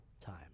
time